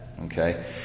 Okay